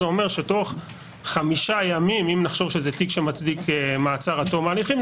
זה אומר שתוך חמישה ימים אם נחשוב שזה תיק שמצדיק מעצר עד תום ההליכים,